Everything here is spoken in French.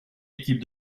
équipe